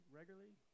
regularly